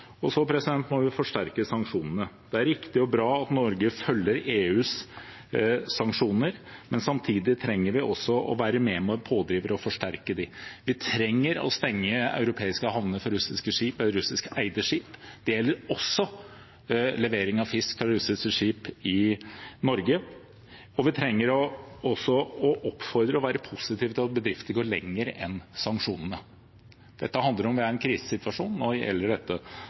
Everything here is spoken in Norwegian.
Og vi må forsterke sanksjonene. Det er riktig og bra at Norge følger EUs sanksjoner, men samtidig trenger vi også å være en pådriver for å forsterke dem. Vi trenger å stenge europeiske havner for russiskeide skip. Det gjelder også levering av fisk fra russiske skip i Norge. Vi trenger også å oppfordre og være positiv til at bedrifter går lenger enn sanksjonene. Dette handler om at vi er i en krisesituasjon, og